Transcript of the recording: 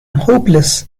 hopeless